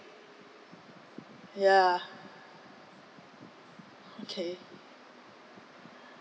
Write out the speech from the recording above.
ya okay